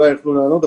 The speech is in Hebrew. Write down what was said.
אולי יוכלו לענות,